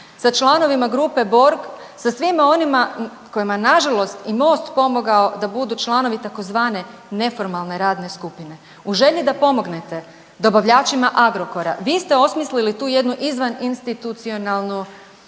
sa članovima grupe Borg, sa svima onima kojima na žalost je i Most pomogao da budu članovi tzv. neformalne radne skupine. U želji da pomognete dobavljačima Agrokora, vi ste osmislili tu jednu izvaninstitucionalnu